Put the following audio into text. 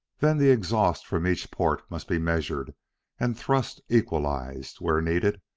then the exhaust from each port must be measured and thrusts equalized, where needed,